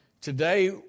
Today